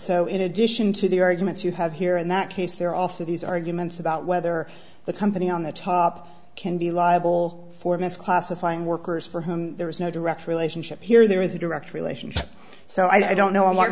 so in addition to the arguments you have here in that case there are also these arguments about whether the company on the top can be liable for mis classifying workers for whom there is no direct relationship here there is a direct relationship so i don't know